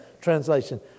translation